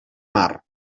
mar